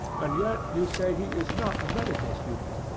and yet you say he is not a medical student?